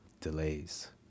Delays